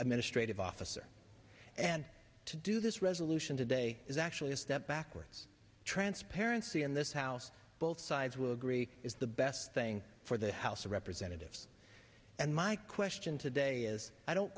administrative officer and to do this resolution today is actually a step backwards transparency in this house both sides will agree is the best thing for the house of representatives and my question today is i don't